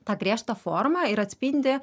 tą griežtą formą ir atspindi